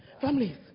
Families